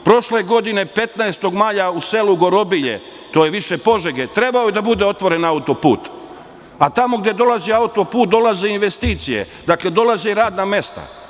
Prošle godine, 15. maja u selu Gorobilje, to je više Požege, trebao je da bude otvoren auto-put, a tamo gde dolazi auto-put dolaze i investicije, dolaze i radna mesta.